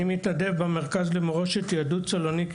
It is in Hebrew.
אני מתנדב במרכז למורשת יהדות סלוניקי